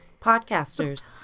podcasters